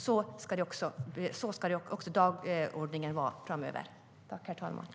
Så ska dagordningen vara även framöver.